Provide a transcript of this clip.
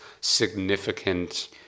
significant